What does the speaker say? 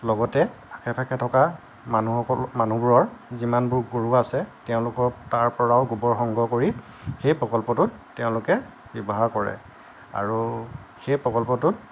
লগতে আশে পাশে থকা মানুহসকল মানুহবোৰৰ যিমানবোৰ গৰু আছে তেওঁলোকৰ তাৰ পৰাও গোবৰ সংগ্ৰহ কৰি সেই প্ৰকল্পটোত তেওঁলোকে ব্যৱহাৰ কৰে আৰু সেই প্ৰকল্পটোত